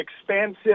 expansive